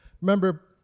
Remember